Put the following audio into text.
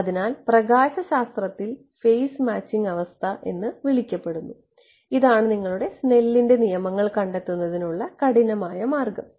അതിനാൽ പ്രകാശ ശാസ്ത്രത്തിൽ ഫേസ് മാച്ചിംഗ് അവസ്ഥ എന്ന് വിളിക്കപ്പെടുന്നു ഇതാണ് നിങ്ങളുടെ സ്നെല്ലിന്റെSnell's നിയമങ്ങൾ കണ്ടെത്തുന്നതിനുള്ള കഠിനമായ മാർഗം